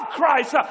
Christ